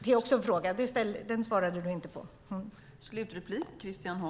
Det är också en fråga som du inte svarade på.